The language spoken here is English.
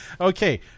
Okay